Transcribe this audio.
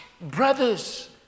brothers